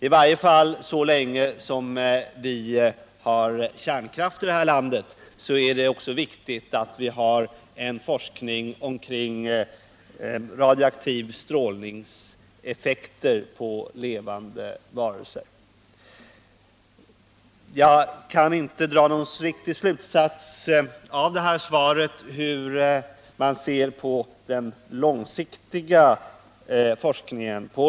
I varje fall så länge som vi har kärnkraft i det här landet är det ju viktigt att vi också har en forskning om radioaktiva strålningseffekter på levande varelser. Jag kan inte, om man ser på den långsiktiga forskningen på det här området, dra någon riktig slutsats av svaret.